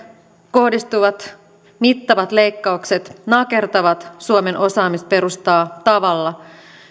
kohdistuvat mittavat leikkaukset nakertavat suomen osaamisperustaa tavalla